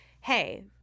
hey